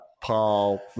Paul